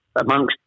amongst